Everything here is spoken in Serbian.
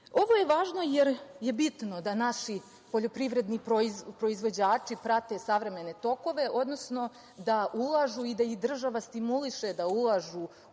je važno jer je bitno da naši poljoprivredni proizvođači prate savremene tokove, odnosno da ulažu i da ih država stimuliše da ulažu